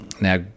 Now